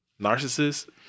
Narcissist